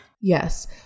Yes